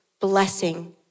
blessing